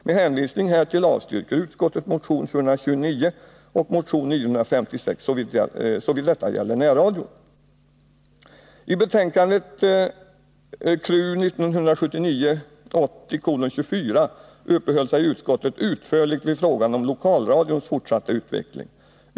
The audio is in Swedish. Med hänvisning härtill avstyrker utskottet motion 729 och motion 956, såvitt gäller närradion. I betänkandet KrU 1979/80:24 uppehöll sig utskottet utförligt vid frågan om lokalradions fortsatta utveckling.